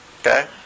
Okay